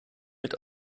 mit